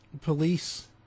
police